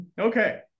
Okay